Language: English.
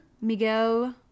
miguel